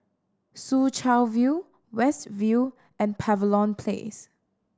Soo Chow View West View and Place